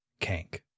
Kank